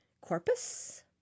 corpus